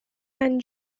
and